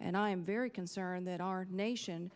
and i am very concerned that our nation